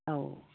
ꯑꯧ